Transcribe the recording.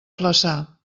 flaçà